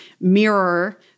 mirror